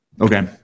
Okay